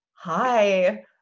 Hi